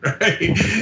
right